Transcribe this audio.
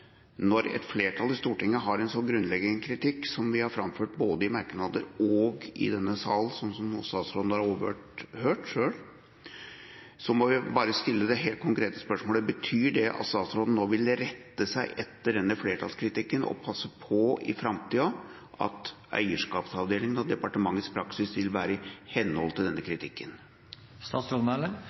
når et flertall i Stortinget har en så grunnleggende kritikk, som vi har framført både i merknader og i denne sal, og som statsråden nå selv har overhørt, så må vi bare stille det helt konkrete spørsmålet: Betyr det at statsråden nå vil rette seg etter denne flertallskritikken og i framtida passe på at eierskapsavdelinga og departementets praksis vil være i henhold til denne